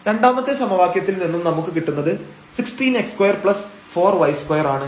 രണ്ടാമത്തെ സമവാക്യത്തിൽ നിന്നും നമുക്ക് കിട്ടുന്നത് 16x24y2 ആണ്